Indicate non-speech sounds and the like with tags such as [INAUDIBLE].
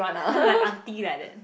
[LAUGHS] like aunty like that